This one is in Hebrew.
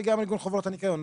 וגם ארגון חברות הניקיון,